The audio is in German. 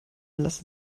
lassen